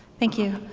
thank you.